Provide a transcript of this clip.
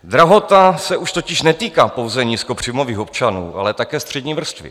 Drahota se už totiž netýká pouze nízkopříjmových občanů, ale také střední vrstvy.